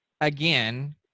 again